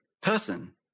person